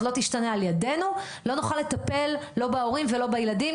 לא רק פסיכולוג קליני מומחה עם דוקטורט.